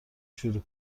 شروع